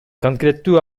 конкреттүү